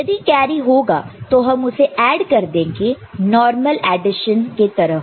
यदि कैरी होगा तो हम उसे ऐड कर देंगे नॉर्मल एडिशन के तरह